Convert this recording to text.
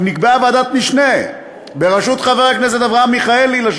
נקבעה ועדת משנה בראשות חבר הכנסת לשעבר אברהם מיכאלי.